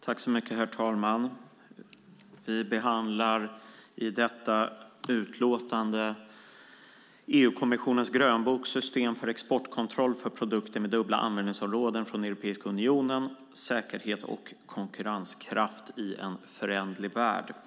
Herr talman! Vi behandlar i detta utlåtande EU-kommissionens grönbok: System för exportkontroll för produkter med dubbla användningsområden från Europeiska unionen: säkerhet och konkurrenskraft i en föränderlig värld .